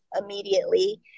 immediately